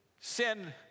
send